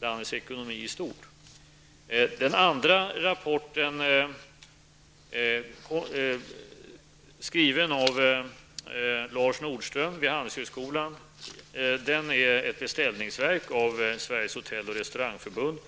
landets ekonomi i stort. Den andra rapporten är skriven av Lars Nordström vid Handelshögskolan, och den är ett beställningsverk av Sveriges hotell och restaurangförbund.